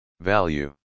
Value